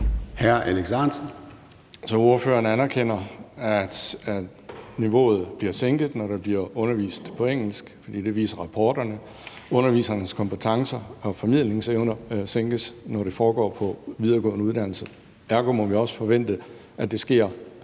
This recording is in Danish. Alex Ahrendtsen (DF): Så ordføreren anerkender, at niveauet bliver sænket, når der bliver undervist på engelsk. Rapporterne viser, at undervisernes kompetencer og formidlingsevner sænkes, når det foregår på videregående uddannelser. Ergo må vi også forvente, at det sker